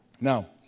Now